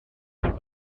zijn